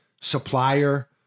supplier